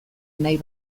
nahi